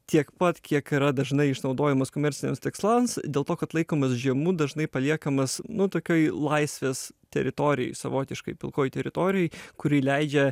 tiek pat kiek yra dažnai išnaudojamas komerciniams tikslams dėl to kad laikomas žemu dažnai paliekamas nu tokioj laisvės teritorijoj savotiškoj pilkoj teritorijoj kuri leidžia